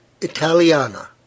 Italiana